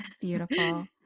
Beautiful